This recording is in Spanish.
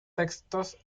textos